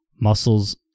Muscles